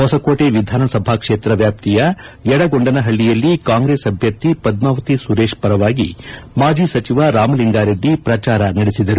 ಹೊಸಕೋಟೆ ವಿಧಾನಸಭಾ ಕ್ಷೇತ್ರ ವ್ಯಾಪ್ತಿಯ ಯಡಗೊಂಡನಹಳ್ಳಿಯಲ್ಲಿ ಕಾಂಗ್ರೆಸ್ ಅಭ್ಯರ್ಥಿ ಪದ್ಮಾವತಿ ಸುರೇಶ್ ಪರವಾಗಿ ಮಾಜಿ ಸಚಿವ ರಾಮಲಿಂಗಾರೆಡ್ಡಿ ಪ್ರಜಾರ ನಡೆಸಿದರು